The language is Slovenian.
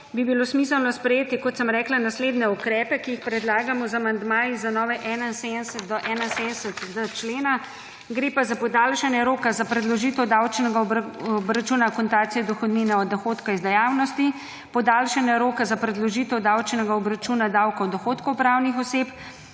bi bilo smiselno sprejeti, kot sem rekla, naslednje ukrepe, ki jih predlagamo z amandmaji za nove 71. do 71.d člena. Gre pa za podaljšanje roka za predložitev davčnega obračuna akontacije dohodnine od dohodka iz dejavnosti, podaljšanje roka za predložitev davčnega obračuna davkov od dohodkov pravnih oseb,